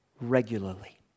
regularly